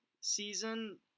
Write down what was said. season